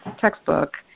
textbook